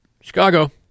Chicago